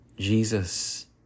Jesus